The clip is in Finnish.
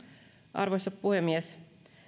arvoisa puhemies